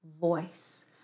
voice